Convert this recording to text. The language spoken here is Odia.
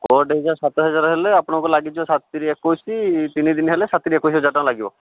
ପର୍ ଡେ ହିସାବରେ ସାତ ହଜାର ହେଲେ ଆପଣଙ୍କୁ ଲାଗିଯିବ ସାତ ତିରିକି ଏକୋଇଶି ତିନି ଦିନି ହେଲେ ସାତ ତିରିକି ଏକୋଇଶ ହଜାର ଟଙ୍କା ଲାଗିବ